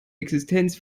existenz